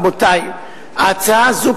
רבותי: ההצעה הזאת,